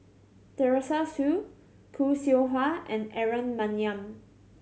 Teresa Hsu Khoo Seow Hwa and Aaron Maniam